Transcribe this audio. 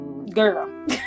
Girl